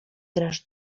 grasz